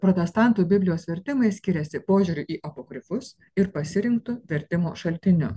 protestantų biblijos vertimai skiriasi požiūriu į apokrifus ir pasirinktu vertimo šaltiniu